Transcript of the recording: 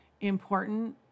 important